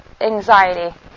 anxiety